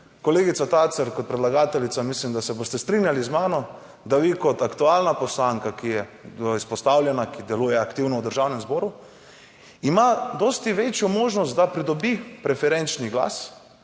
kolegica Tacer, kot predlagateljica, mislim da se boste strinjali z mano, da vi kot aktualna poslanka, ki je izpostavljena, ki deluje aktivno v Državnem zboru, ima dosti večjo možnost, da pridobi preferenčni glas.